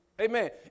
Amen